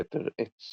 כתר עץ